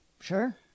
Sure